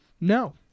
no